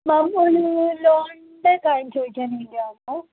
മാം ഒരു ലോണിൻ്റെ കാര്യം ചോദിക്കാൻ വേണ്ടിയാണെ